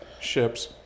ships